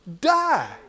die